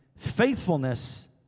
Faithfulness